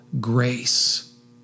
grace